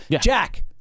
Jack